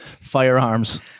firearms